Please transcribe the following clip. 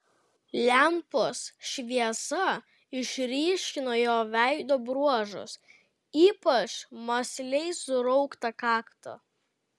lempos šviesa išryškino jo veido bruožus ypač mąsliai surauktą kaktą